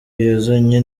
yazanye